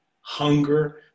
hunger